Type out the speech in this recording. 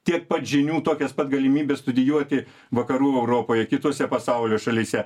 tiek pat žinių tokias pat galimybes studijuoti vakarų europoje kitose pasaulio šalyse